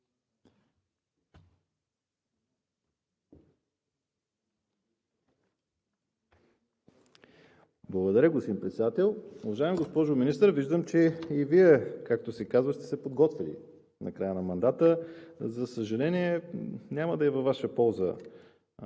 Благодаря, господин Председател. Уважаема госпожо Министър, виждам, че и Вие, както се казва, сте се подготвили накрая на мандата. За съжаление, няма да е във Ваша полза